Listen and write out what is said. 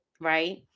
right